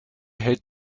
hält